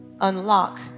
Unlock